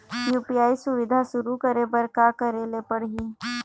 UPI सुविधा शुरू करे बर का करे ले पड़ही?